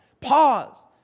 Pause